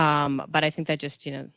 um but i think that just, you know,